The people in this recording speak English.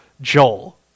Joel